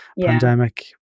pandemic